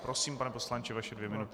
Prosím, pane poslanče, vaše dvě minuty.